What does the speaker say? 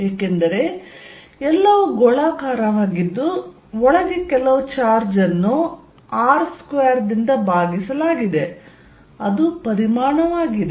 ಏಕೆಂದರೆ ಎಲ್ಲವೂ ಗೋಳಾಕಾರವಾಗಿದ್ದು ಒಳಗೆ ಕೆಲವು ಚಾರ್ಜ್ ಅನ್ನು R2 ದಿಂದ ಭಾಗಿಸಲಾಗಿದೆ ಅದು ಪರಿಮಾಣವಾಗಿದೆ